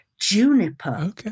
juniper